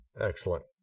Excellent